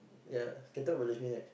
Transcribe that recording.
ya can talk about lesbian right